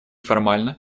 формально